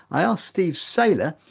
i asked steve saylor,